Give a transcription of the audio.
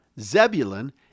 Zebulun